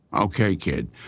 okay, kid.